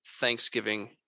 thanksgiving